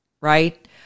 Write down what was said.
Right